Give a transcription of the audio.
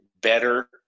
better